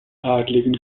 adligen